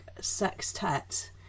Sextet